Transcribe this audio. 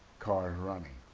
car's running.